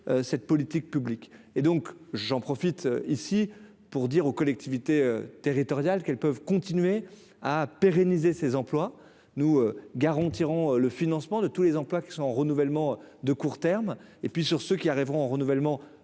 cette politique publique et donc j'en profite ici pour dire aux collectivités territoriales qu'elles peuvent continuer à pérenniser ces emplois, nous garantirons le financement de tous les emplois qui sont renouvellement de court terme et puis sur ceux qui arriveront renouvellement